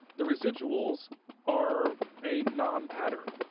the residuals are a non-pattern.